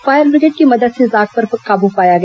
fire brigade की मदद से इस आग पर काबू पाया गया